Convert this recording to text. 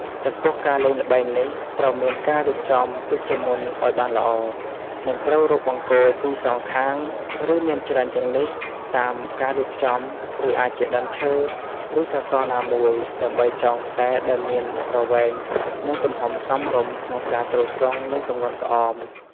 ចំពោះការលេងល្បែងនេះ ត្រូវមានការរៀបចំទុកមុនឱ្យបានល្អ និងត្រូវរកបង្គោល២សងខាងឬមានច្រើនជាងនេះតាមការរៀបចំ ឬអាចជាដើមឈើ ឬសសរណាមួយ ដើម្បីចងខ្សែដែលមានប្រវែង និងទំហំសមរម្យក្នុងការទ្រទ្រង់នឹងទម្ងន់ក្អម។